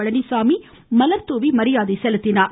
பழனிச்சாமி இன்று மலர்தூவி மரியாதை செலுத்தினார்